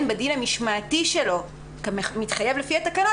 בדין המשמעתי שלו כמתחייב לפי התקנות,